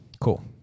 cool